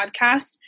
podcast